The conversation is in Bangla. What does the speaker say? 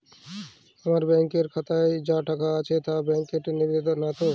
আমার ব্যাঙ্ক এর খাতায় যা টাকা আছে তা বাংক কেটে নেবে নাতো?